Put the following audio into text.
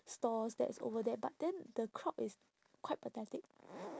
stores that's over there but then the crowd is quite pathetic